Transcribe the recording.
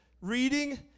reading